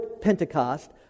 Pentecost